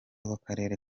w’akarere